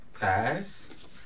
Pass